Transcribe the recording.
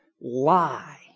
lie